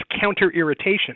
counter-irritation